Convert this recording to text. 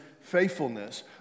faithfulness